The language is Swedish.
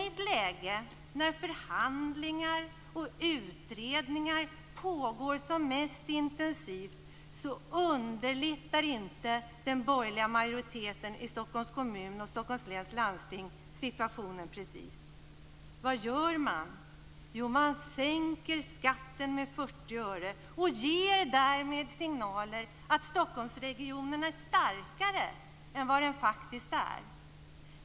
I ett läge när förhandlingar och utredningar pågår som mest intensivt underlättar inte den borgerliga majoriteten i Stockholms kommun och Jo, man sänker skatten med 40 öre och ger därmed signaler att Stockholmsregionen är starkare än vad den faktiskt är.